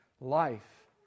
life